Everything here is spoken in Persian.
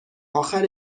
اخر